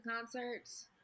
concerts